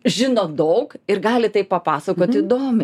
žino daug ir gali tai papasakot įdomiai